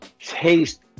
taste